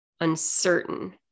uncertain